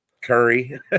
Curry